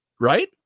Right